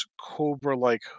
cobra-like